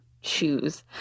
shoes